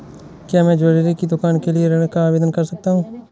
क्या मैं ज्वैलरी की दुकान के लिए ऋण का आवेदन कर सकता हूँ?